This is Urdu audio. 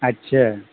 اچھا